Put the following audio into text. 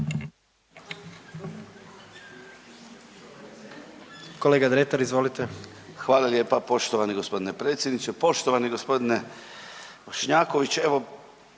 **Dretar, Davor (DP)** Hvala lijepa poštovani gospodine predsjedniče, poštovani gospodine Bošnjaković. Evo